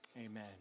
amen